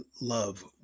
love